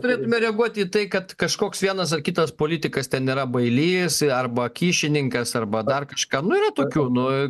turėtume reaguoti į tai kad kažkoks vienas ar kitas politikas ten yra bailys į arba kyšininkas arba dar kažkam nu yra tokių nu